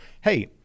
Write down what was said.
Hey